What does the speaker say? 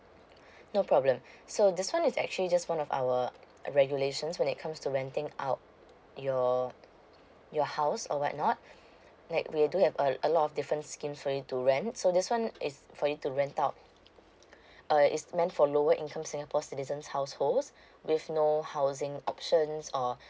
no problem so this one is actually just one of our uh regulations when it comes to renting out your your house or what not like we do have a a lot of different scheme for you to rent so this one is for you to rent out uh it's meant for lower income singapore citizens households with no housing options or